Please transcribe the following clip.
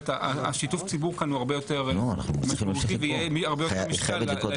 שיתוף הציבור הרבה יותר משמעותי ויהיה לו הרבה יותר משקל.